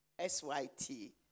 S-Y-T